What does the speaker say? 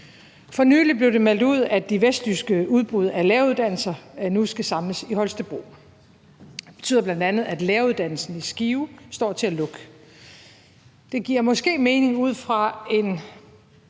For nylig blev det meldt ud, at de vestjyske udbud af læreruddannelser nu skal samles i Holstebro. Det betyder bl.a., at læreruddannelsen i Skive står til at lukke. Det giver måske mening ud fra en